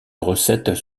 recettes